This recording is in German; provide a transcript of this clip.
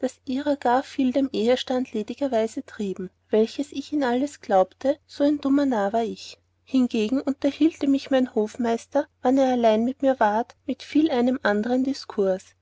ihrer gar viel den ehestand ledigerweise trieben welches ich ihm alles glaubte so ein dummer narr war ich hingegen unterhielte mich mein hofmeister wann er allein bei mir war mit viel einem andern diskurs